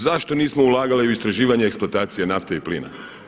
Zašto nismo ulagali u istraživanje i eksploatacije nafte i plina?